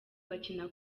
bakina